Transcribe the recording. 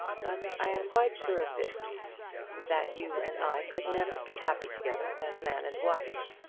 but i am quite sure of this that you and i could never be happy together as man and wife.